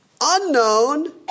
unknown